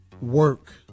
work